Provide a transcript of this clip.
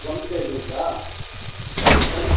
plum cake இருக்கா plum